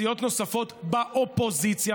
סיעות נוספות באופוזיציה,